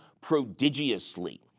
prodigiously